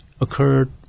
occurred